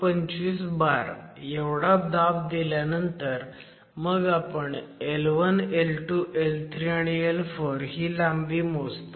25 बार एवढा दाब दिल्यानंतर मग आपण L1 L2 L3 आणि L4 ही लांबी मोजतो